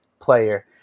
player